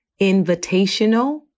invitational